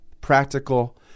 practical